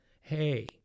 hey